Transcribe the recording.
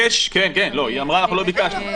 לא, היא אמרה: אנחנו לא ביקשנו.